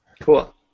Cool